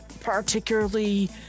particularly